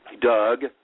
Doug